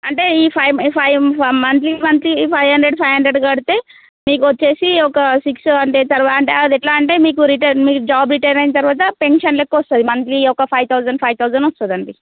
అంటే ఈ ఫైవ్ ఈ five monthly monthly five hundred five hundred కడితే మీకు వచ్చి ఒక సిక్స్ అంటే తర్వాత అది ఎలా అంటే మీకు రిటర్న్ మీరు జాబ్ రిటైర్ అయిన తరువాత పెన్షన్ లెక్క వస్తుంది మంత్లీ ఒక ఫైవ్ థౌసండ్ ఫైవ్ థౌసండ్ వస్తుంది అండి